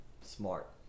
smart